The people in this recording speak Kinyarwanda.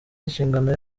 inshingano